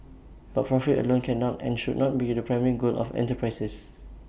but profit alone cannot and should not be the primary goal of enterprises